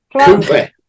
Cooper